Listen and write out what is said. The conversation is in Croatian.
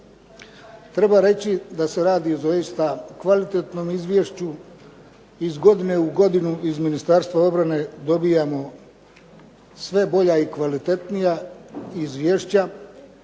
Treba reći da se radi doista o kvalitetnom izvješću. Iz godine u godinu iz Ministarstva obrane dobivamo sve bolja i kvalitetnija izvješća